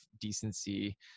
decency